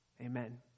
Amen